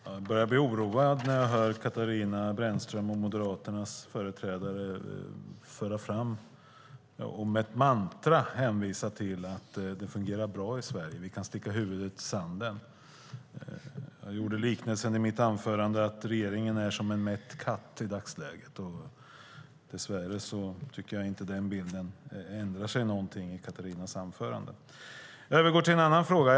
Fru talman! Jag börjar bli oroad när jag hör Katarina Brännström och Moderaternas företrädare som ett mantra hänvisa till att det fungerar i Sverige i dagsläget. Vi kan sticka huvudet i sanden. Jag gjorde liknelsen i mitt anförande att regeringen är som en mätt katt. Dess värre tycker jag inte att den bilden ändrats någonting efter Katarinas anförande. Jag vill övergå till en annan fråga.